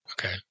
Okay